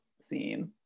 scene